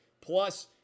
plus